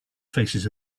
faces